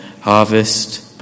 harvest